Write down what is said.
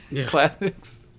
classics